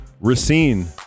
Racine